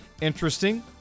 Interesting